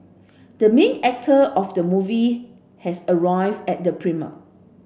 the main actor of the movie has arrived at the premiere